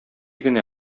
генә